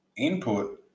input